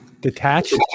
detached